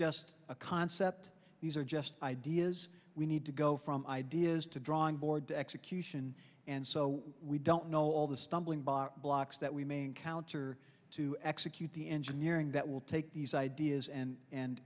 just a concept these are just ideas we need to go from ideas to drawing board to execution and so we don't know all the stumbling block blocks that we may encounter to execute the engineering that will take these ideas and and